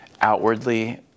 outwardly